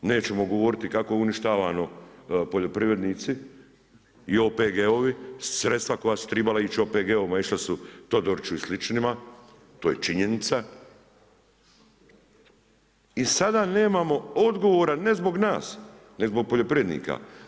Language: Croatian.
Nećemo govoriti kako je uništavano poljoprivrednici i OPG-ovi, sredstva koja su trebala ići OPG-ovima išla su Todoriću i sličnima to je činjenica i sada nemamo odgovora ne zbog nas neg zbog poljoprivrednika.